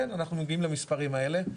כן, אנחנו מגיעים למספרים האלה.